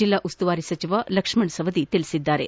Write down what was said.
ಜಿಲ್ಲಾ ಉಸ್ತುವಾರಿ ಸಚಿವ ಲಕ್ಷ್ಮಣ ಸವದಿ ಹೇಳಿದ್ದಾರೆ